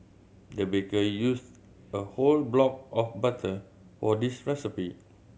the baker used a whole block of butter for this recipe